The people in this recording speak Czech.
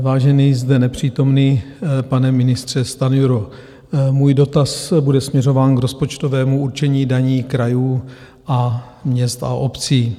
Vážený zde nepřítomný pane ministře Stanjuro, můj dotaz bude směřován k rozpočtovému určení daní krajů a měst a obcí.